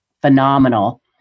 phenomenal